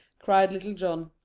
cried little john.